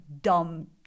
dumb